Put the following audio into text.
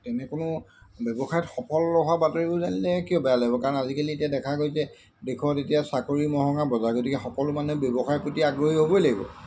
তেনে কোনো ব্যৱসায়ত সফল হোৱা বাতৰিবোৰ জানিলে কিয় বেয়া লাগিব কাৰণ আজিকালি এতিয়া দেখা গৈছে যে দেশত এতিয়া চাকৰিৰ মহঙা বজাৰ গতিকে সকলো মানুহে ব্যৱসায়ৰ প্ৰতি আগ্ৰহী হ'বই লাগিব